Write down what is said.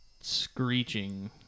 screeching